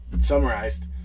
summarized